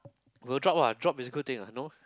good job ah job is a good thing ah no